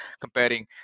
comparing